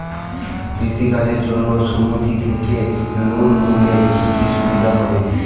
কৃষি কাজের জন্য সুমেতি থেকে লোন নিলে কি কি সুবিধা হবে?